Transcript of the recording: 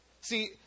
See